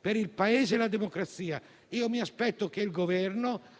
per il Paese che per la democrazia. Mi aspetto che il Governo